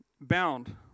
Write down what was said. bound